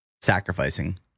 sacrificing